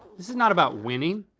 this is not about winning.